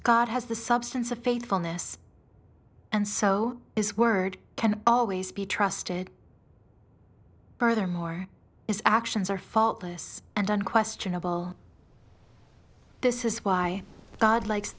god has the substance of faithfulness and so his word can always be trusted furthermore is actions are faultless and unquestionable this is why god likes